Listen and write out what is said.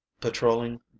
patrolling